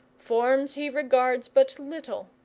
forms he regards but little,